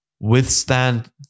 Withstand